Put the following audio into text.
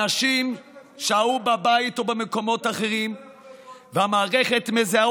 אנשים שהו בבית ובמקומות אחרים והמערכת מזהה